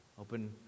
open